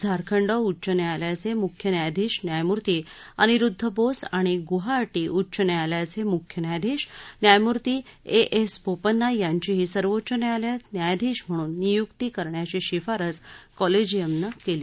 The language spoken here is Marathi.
झारखंड उच्च न्यायालयाचे मुख्य न्यायाधीश न्यायमूर्ती अनिरुद्ध बोस आणि गुआहाटी उच्च न्यायालयाचे मुख्य न्यायाधीश न्यायमूर्ती ए एस बोपन्ना यांचीही सर्वोच्च न्यायालयात न्यायाधीश म्हणून नियुक्त करण्याची शिफारस कॉलेजियमनं पुन्हा एकदा केली